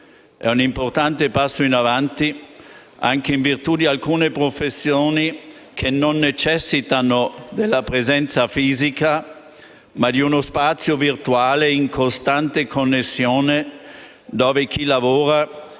di un importante passo in avanti anche per alcune professioni che necessitano non della presenza fisica, ma di uno spazio virtuale in costante connessione, dove chi lavora